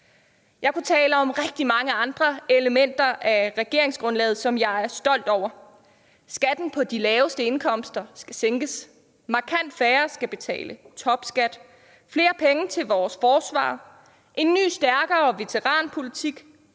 Jeg kunne tale om rigtig mange andre elementer af regeringsgrundlaget, som jeg er stolt over. Skatten på de laveste indkomster skal sænkes, markant færre skal betale topskat, flere penge til vores forsvar, en ny og stærkere veteranpolitik,